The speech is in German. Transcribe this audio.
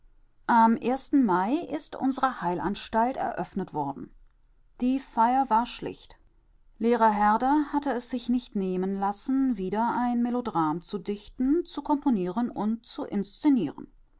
am mai ist unsere heilanstalt eröffnet worden die feier war schlicht lehrer herder hatte es sich nicht nehmen lassen wieder ein melodram zu dichten zu komponieren und zu inszenieren